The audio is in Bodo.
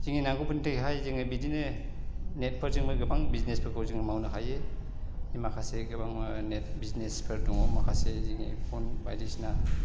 जोंनि नांगौफोरनि थाखायहाय जोङो बिदिनो नेटफोरजोंबो गोबां बिजनेसफोरखौ जोङो मावनो हायो माखासे गोबां नेट बिजनेसफोर दङ माखासे जोंनि फन बायदिसिना